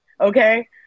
Okay